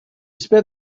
spent